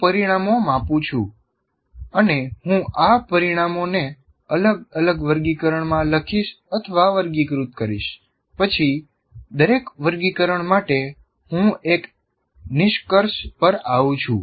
હું પરિણામો માપું છું અને હું આ પરિણામોને અલગ અલગ વર્ગીકરણમાં લખીશવર્ગીકૃત કરીશ પછી દરેક વર્ગીકરણ માટે હું એક નિષ્કર્ષ પર આવું છું